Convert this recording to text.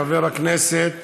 חבר הכנסת